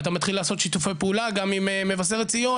ואתה מתחיל לעשות שיתופי פעולה גם עם מבשרת ציון